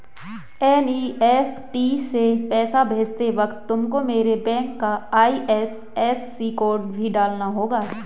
NEFT से पैसा भेजते वक्त तुमको मेरे बैंक का आई.एफ.एस.सी कोड भी डालना होगा